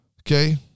Okay